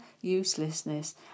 uselessness